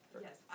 Yes